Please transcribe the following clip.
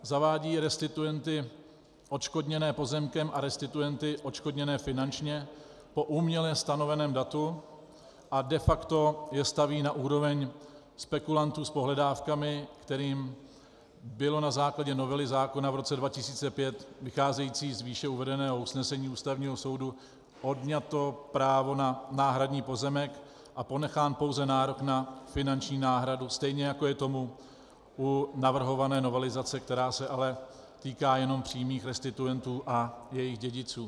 Zavádí restituenty odškodněné pozemkem a restituenty odškodněné finančně po uměle stanoveném datu a de facto je staví na úroveň spekulantů s pohledávkami, kterým bylo na základě novely zákona v roce 2005 vycházející z výše uvedeného usnesení Ústavního soudu odňato právo na náhradní pozemek a ponechán pouze nárok na finanční náhradu, stejně jako je tomu u navrhované novelizace, která se ale týká jenom přímých restituentů a jejich dědiců.